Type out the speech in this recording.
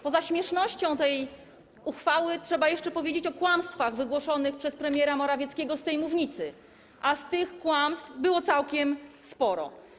Poza śmiesznością tej uchwały trzeba jeszcze powiedzieć o kłamstwach wygłoszonych przez premiera Morawieckiego z tej mównicy, a tych kłamstw było całkiem sporo.